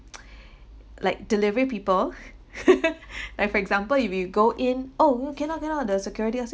like delivery people like for example if you go in oh you cannot cannot the security will say